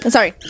Sorry